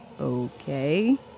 okay